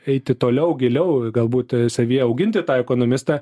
eiti toliau giliau galbūt savyje auginti tą ekonomistą